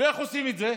ואיך עושים את זה?